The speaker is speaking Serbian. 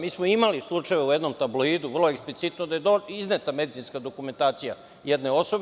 Mi smo imali slučajeve u jednom tabloidu vrlo eksplicitno da je izneta medicinska dokumentacija jedne osobe.